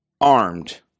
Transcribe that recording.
armed